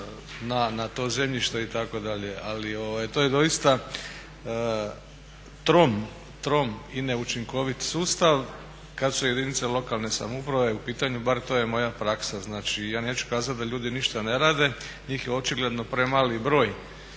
na to zemljište itd.. Ali to je doista trom, trom i neučinkovit sustav kada su jedinice lokalne samouprave u pitanju, bar to je moja praksa. Znači ja neću kazati da ljudi ništa ne rade, njih je očigledno premali broj